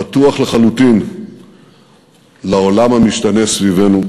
פתוח לחלוטין לעולם המשתנה סביבנו.